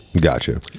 Gotcha